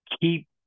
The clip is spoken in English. Keep